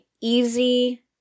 easy